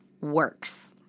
works